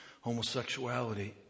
homosexuality